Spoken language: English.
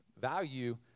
Value